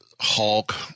hulk